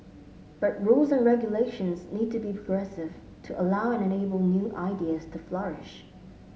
but rules and regulations need to be progressive to allow and enable new ideas to flourish